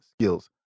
skills